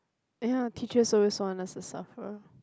ya teachers always want us to suffer